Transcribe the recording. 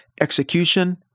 Execution